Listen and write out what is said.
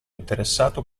interessato